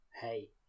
hey